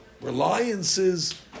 reliances